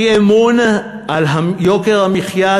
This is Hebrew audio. אי-אמון על יוקר המחיה,